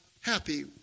happy